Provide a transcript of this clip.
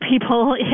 people